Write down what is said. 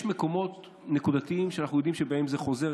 יש מקומות נקודתיים שאנחנו יודעים שבהם זה חוזר,